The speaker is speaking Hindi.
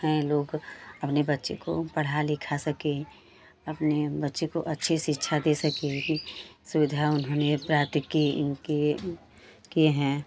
हैं लोग अपने बच्चे को पढ़ा लिखा सकें अपने बच्चे को अच्छी शिक्षा दे सकें सुविधा उन्होंने किए किए हैं